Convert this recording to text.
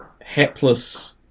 hapless